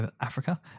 africa